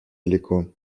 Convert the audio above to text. далеко